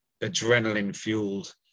adrenaline-fueled